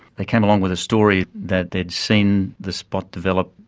they came along with a story that they'd seen this spot develop,